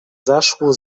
zaszło